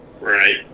Right